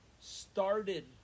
started